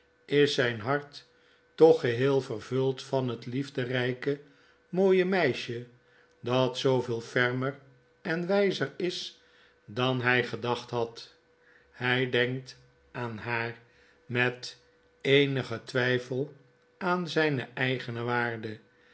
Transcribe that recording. is zyn hart toch geheel vervuld van het liefderpe mooie meisje dat zooveel fermer en wyzer is dan hy gedacht had hg denkt aan haar met eenigen twgfel aan zyne eigene waarde